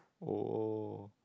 oh oh